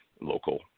local